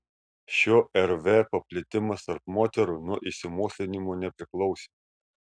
šio rv paplitimas tarp moterų nuo išsimokslinimo nepriklausė